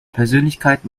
persönlichkeit